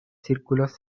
círculos